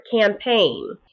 campaign